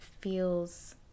feels